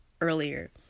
earlier